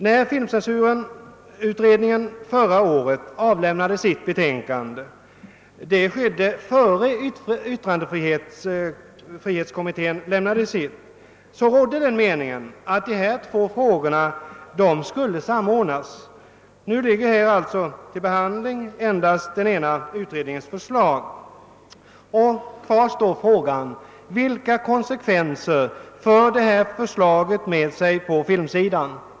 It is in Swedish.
När filmcensurutredningen förra året avlämnade sitt betänkande, vilket skedde innan yttrandefrihetskommittén lämnade sitt, rådde den meningen att dessa två frågor borde samordnas. Nu föreligger alltså här till behandling endast den ena utredningens förslag, och kvar står frågan: Vilka konsekvenser för detta förslag med sig på filmsidan?